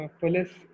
police